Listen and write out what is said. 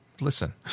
listen